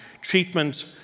treatment